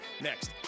next